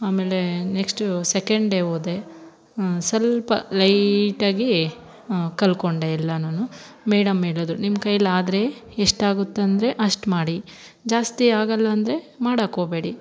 ಆಮೇಲೇ next second day ಹೋದೆ ಸಲ್ಪ ಲೈಟಾಗಿ ಕಲ್ಕೊಂಡೆ ಎಲ್ಲನು ಮೇಡಮ್ ಹೇಳದ್ರು ನಿಮ್ಮ ಕೈಲಾದರೆ ಎಷ್ಟಾಗುತ್ತಂದರೆ ಅಷ್ಟು ಮಾಡಿ ಜಾಸ್ತಿ ಆಗಲ್ಲ ಅಂದರೆ ಮಾಡಕೋಬೇಡಿ